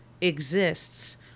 exists